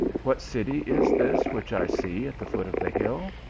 what city is this which i see at the foot of the hill?